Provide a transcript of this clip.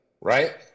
right